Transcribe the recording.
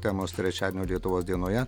temos trečiadienio lietuvos dienoje